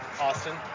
Austin